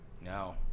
No